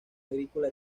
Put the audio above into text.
agrícola